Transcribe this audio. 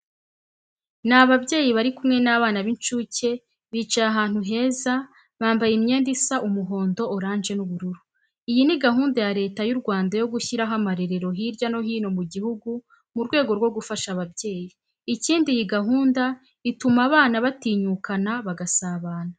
Ni ababyeyi bari kimwe n'abana b'incuke, bicaye ahantu heza bambaye imyenda isa umuhondo, orange n'ubururu. Iyi ni gahunda ya Leta y'u Rwanda yo gushyiraho amarerero hirya no hino mu gihugu mu rwego rwo gufasha ababyeyi. Ikindi iyi gahunda ituma bana batinyukana bagasabana.